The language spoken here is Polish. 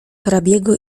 hrabiego